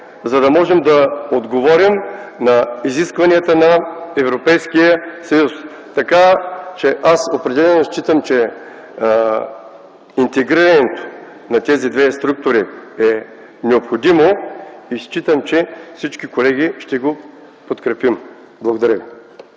за да можем да отговорим на изискванията на Европейския съюз. Така че аз определено считам, че интегрирането на тези две структури е необходимо и смятам, че всички колеги ще го подкрепим. Благодаря ви.